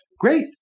Great